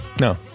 No